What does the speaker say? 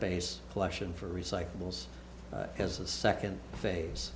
base collection for recyclables as a second phase